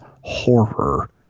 horror